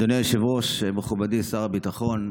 אדוני היושב-ראש, מכובדי שר הביטחון,